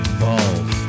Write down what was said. balls